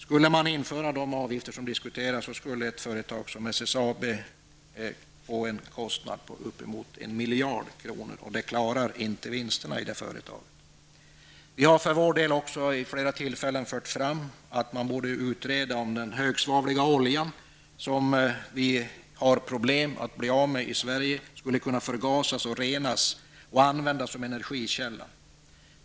Skulle de avgifter som diskuteras införas kommer ett företag som SSAB att få en kostnad på uppemot en miljard kronor, och det klarar man inte med vinsterna i det företaget. Vi i vänsterpartiet har för vår del vid flera tillfällen framfört att den högsvavliga oljan borde utredas. Vi har i Sverige problem att bli av med den. Den skulle kunna förgasas och renas och användas som energikälla.